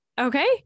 Okay